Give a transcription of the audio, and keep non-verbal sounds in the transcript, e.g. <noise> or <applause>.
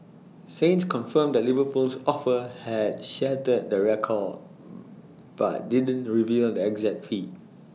saints confirmed that Liverpool's offer had shattered the record <hesitation> but didn't reveal the exact fee